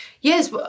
Yes